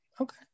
Okay